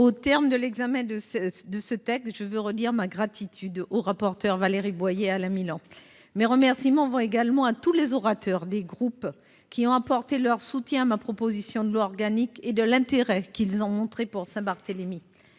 Au terme de l'examen de ce de ce texte. Je veux redire ma gratitude au rapporteur Valérie Boyer à la Milan mes remerciements vont également à tous les orateurs, des groupes qui ont apporté leur soutien. Ma proposition de loi organique et de l'intérêt qu'ils ont montré pour Saint-Barthélemy